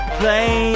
play